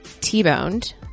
T-boned